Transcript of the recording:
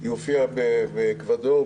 היא הופיעה באקוודור,